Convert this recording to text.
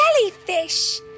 jellyfish